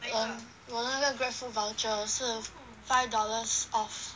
um 我那个 Grabfood voucher 是 five dollars off